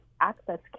access